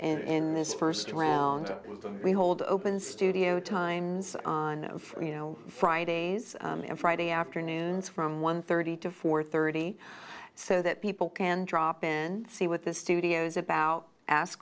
this first round we hold open studio times on you know fridays and friday afternoons from one thirty to four thirty so that people can drop in see what the studios about ask